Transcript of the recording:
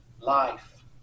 life